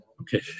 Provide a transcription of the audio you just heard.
Okay